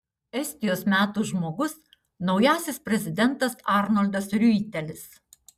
estijos metų žmogus naujasis prezidentas arnoldas riuitelis